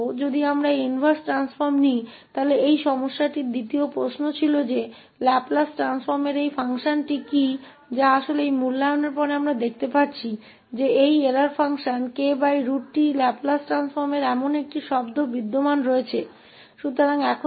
यदि हम इस एक का उलटा परिवर्तन लेते हैं तो इस समस्या में यह दूसरा प्रश्न था कि इस फ़ंक्शन का लाप्लास रूपांतर क्या है जो वास्तव में इस मूल्यांकन के बाद हम देखते हैं कि इस लाप्लास परिवर्तन में ऐसा शब्द मौजूद है kt का त्रुटि कार्य